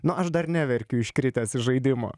nu aš dar neverkiu iškritęs iš žaidimo